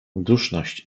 duszność